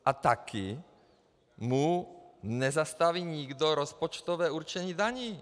A taky mu nezastaví nikdo rozpočtové určení daní.